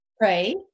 Pray